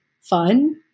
fun